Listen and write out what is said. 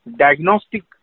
diagnostic